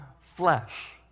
flesh